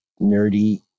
nerdy